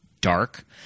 dark